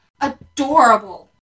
adorable